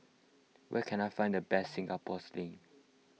where can I find the best Singapore Sling